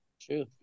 True